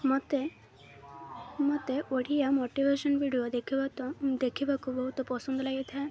ମୋତେ ମୋତେ Odia motivation video ଦେଖିବା ତ ଦେଖିବାକୁ ବହୁତ ପସନ୍ଦ ଲାଗିଥାଏ